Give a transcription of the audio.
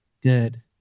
Good